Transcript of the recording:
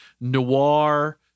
noir